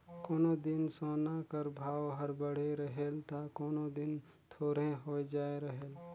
कोनो दिन सोना कर भाव हर बढ़े रहेल ता कोनो दिन थोरहें होए जाए रहेल